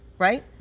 right